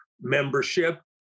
membership